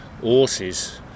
Horses